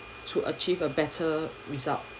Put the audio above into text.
to achieve a better result